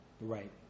Right